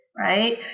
Right